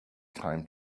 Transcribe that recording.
time